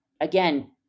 again